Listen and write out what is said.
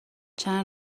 چند